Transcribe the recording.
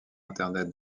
internet